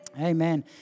Amen